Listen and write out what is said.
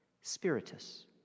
spiritus